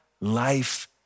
life